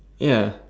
ya